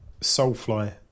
Soulfly